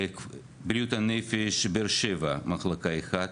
בריאות הנפש באר שבע מחלקה אחת,